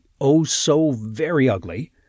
oh-so-very-ugly